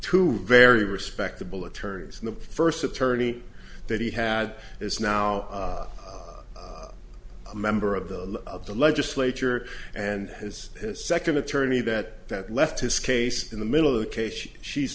two very respectable attorneys and the first attorney that he had is now a member of the of the legislature and has his second attorney that that left his case in the middle ok she's she's